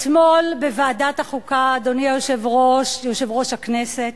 אדוני היושב-ראש, יושב-ראש הכנסת,